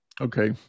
Okay